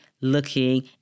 looking